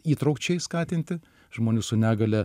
įtraukčiai skatinti žmonių su negalia